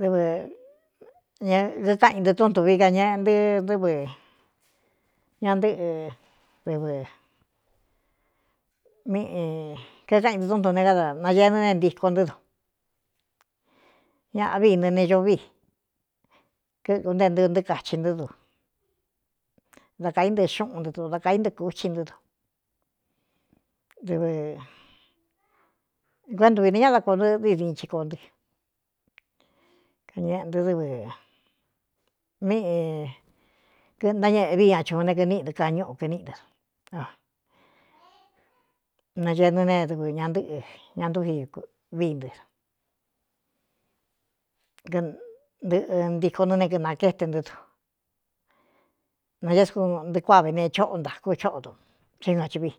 Dɨvɨñakkáꞌin ntɨ túꞌn ntuvi kañeꞌe nɨ́ ntɨ́vɨ ña ntɨ́ꞌɨ dɨvɨ míꞌi kakáꞌin ntɨ tún ntu ne áda nañeenɨ ne ntíko ntɨ́ to ñaꞌa vii nɨ ne ño vi kɨkóntée ntɨɨ nɨɨ kachin nɨ́ tu dá kāí ntɨ xúꞌun ntɨ to dá kaí ntɨɨ kuthi ntɨ́ tu vɨkuꞌéntuvi ne ñáꞌ dá kuoo ntɨnɨi din chiko nɨ́ kañeꞌe ntɨ dɨvɨ míꞌi kɨntañēꞌevi ña chun né kɨníꞌi ntɨ kañúꞌu kɨníꞌi ntɨ do naee nɨ nedv ña nɨ́ꞌɨ ña ntúvi vií ntɨ a kntɨꞌɨ ntíko nɨ né kinākéte ntɨ́ du naéé ku ntɨꞌɨ kuáꞌ ve neé chóꞌo ntakú chóꞌo ndu thé ɨ gachviá